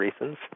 reasons